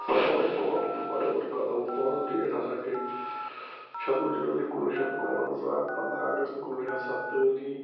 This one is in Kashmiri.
اسلامُ علیکُم ورحمتہ اللہِ وَبرکاتہ پانٛژھ ڈیٹ ہسا کہِ شَتہٕ وُہ جَنؤری کُنہٕ وُہ شَتھ کُنہٕ وَنٛزاہ پنٛداہ اَگست کُنہٕ وُہ شَتھ سَتہٕ تٲجی